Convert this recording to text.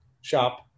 shop